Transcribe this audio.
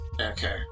Okay